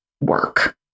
work